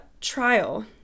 trial